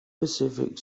pacific